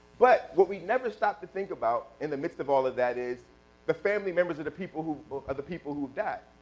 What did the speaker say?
but what we never stopped to think about in the midst of all of that is the family members of the people who of the people who died.